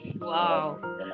Wow